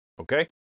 Okay